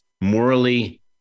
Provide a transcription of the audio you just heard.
morally